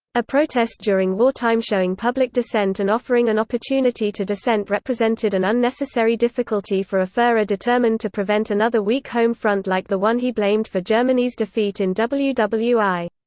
a protest during wartime showing public dissent and offering an opportunity to dissent represented an unnecessary difficulty for a fuhrer determined to prevent another weak home front like the one he blamed for germany's defeat in ww ww i.